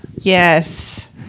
Yes